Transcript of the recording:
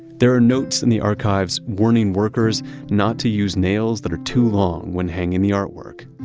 there are notes in the archives, warning workers not to use nails that are too long when hanging the artwork.